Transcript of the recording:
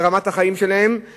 ברמת החיים שלהן,